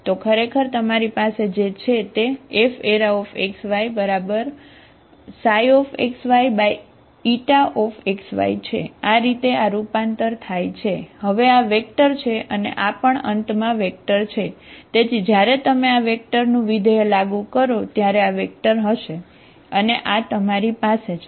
તો ખરેખર તમારી પાસે જે છે તે Fxyξ η છે આ રીતે આ રૂપાંતર લાગુ કરો ત્યારે આ વેક્ટર હશે અને આ તમારી પાસે છે